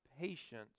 patience